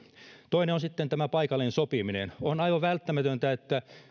toinen on sitten paikallinen sopiminen on aivan välttämätöntä että